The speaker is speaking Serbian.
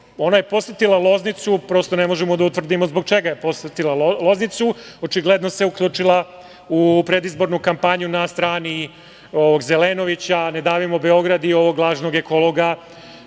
Ona je posetila Loznicu, prosto ne možemo da utvrdimo zbog čega je posetila Loznicu, očigledno se uključila u predizbornu kampanju na strani Zelenovića „ Ne davimo Beograd“ i ovog lažnog ekologa